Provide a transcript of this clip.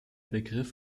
begriff